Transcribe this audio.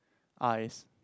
eyes